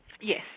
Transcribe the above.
Yes